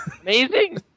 amazing